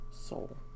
Soul